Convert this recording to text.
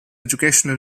educational